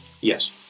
yes